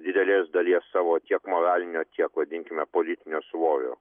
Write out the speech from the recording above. didelės dalies savo tiek moralinio tiek vadinkime politinio svorio